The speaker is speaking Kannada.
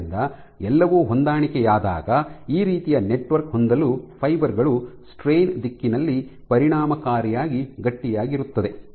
ಆದ್ದರಿಂದ ಎಲ್ಲವೂ ಹೊಂದಾಣಿಕೆಯಾದಾಗ ಈ ರೀತಿಯ ನೆಟ್ವರ್ಕ್ ಹೊಂದಲು ಫೈಬರ್ ಗಳು ಸ್ಟ್ರೈನ್ ದಿಕ್ಕಿನಲ್ಲಿ ಪರಿಣಾಮಕಾರಿಯಾಗಿ ಗಟ್ಟಿಯಾಗಿರುತ್ತದೆ